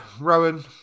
Rowan